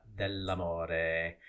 dell'amore